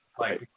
Right